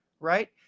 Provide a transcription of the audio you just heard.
Right